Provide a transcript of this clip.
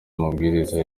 amabwiriza